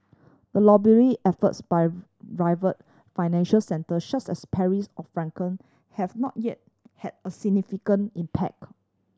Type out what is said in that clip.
the lobbying efforts by rival financial centre such as Paris or Frankfurt have not yet had a significant impact